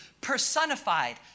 personified